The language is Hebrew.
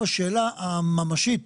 השאלה הממשית,